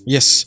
Yes